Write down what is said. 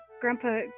Grandpa